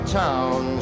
town